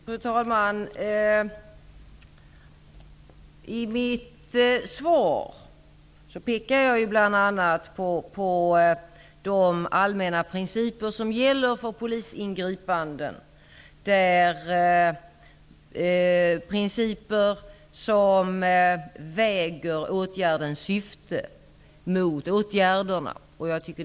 Fru talman! I mitt svar pekar jag bl.a. på de allmänna principer som gäller för polisingripanden. En princip är att man skall väga åtgärdens syfte mot själva verkställandet av åtgärden.